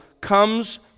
comes